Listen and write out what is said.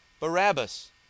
Barabbas